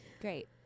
Great